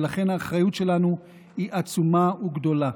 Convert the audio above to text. ולכן האחריות שלנו היא עצומה וגדולה.